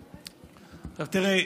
תראה,